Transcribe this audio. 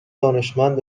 دانشمند